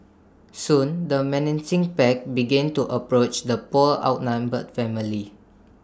soon the menacing pack began to approach the poor outnumbered family